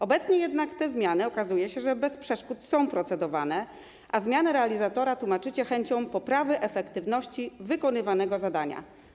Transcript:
Obecnie jednak te zmiany, okazuje się, bez przeszkód są procedowane, a zmiany realizatora tłumaczycie chęcią poprawy efektywności wykonywanego zadania.